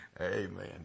Amen